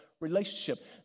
relationship